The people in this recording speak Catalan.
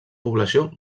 població